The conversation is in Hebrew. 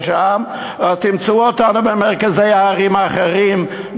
תמצאו אותנו במרכזי הערים האחרות,